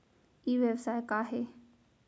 ई व्यवसाय का हे?